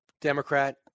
Democrat